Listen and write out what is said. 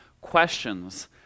questions